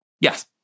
Yes